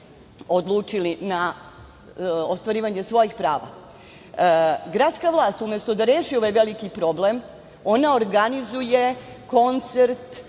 odlučili na ostvarivanje svojih prava. Gradska vlast umesto da reši ovaj veliki problem, ona organizuje koncert